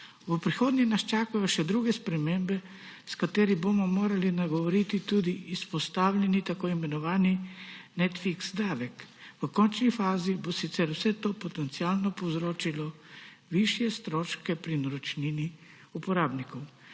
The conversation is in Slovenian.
V prihodnje nas čakajo še druge spremembe, s katerimi bomo morali nagovoriti tudi izpostavljeni tako imenovani Netflix davek. V končni fazi bo sicer vse to potencialno povzročilo višje stroške pri naročnini uporabnikov.